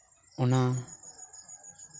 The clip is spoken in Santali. ᱚᱱᱟ